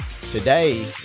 Today